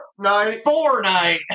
Fortnite